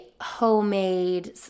homemade